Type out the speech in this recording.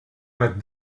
but